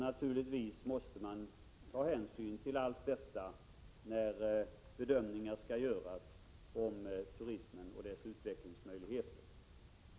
Naturligtvis måste man ta hänsyn till allt detta när bedömningar skall göras om turismen och dess utvecklingsmöjligheter.